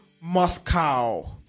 Moscow